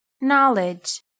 Knowledge